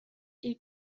ils